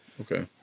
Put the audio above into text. Okay